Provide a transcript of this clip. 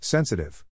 Sensitive